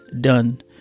done